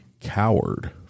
coward